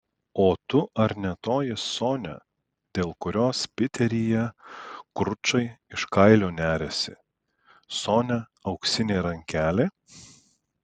o tu ar ne toji sonia dėl kurios piteryje kručai iš kailio neriasi sonia auksinė rankelė